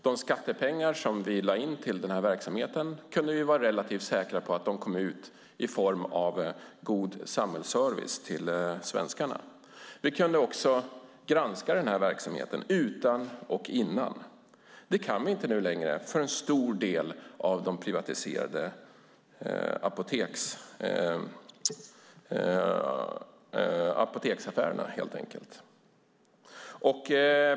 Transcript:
De skattepengar som vi lade in i verksamheten kunde vi vara relativt säkra på kom ut i form av god samhällsservice till svenskarna. Vi kunde också granska verksamheten utan och innan. Men det kan vi inte nu längre, för en stor del av de privatiserade apoteken.